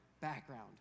background